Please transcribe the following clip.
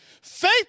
Faith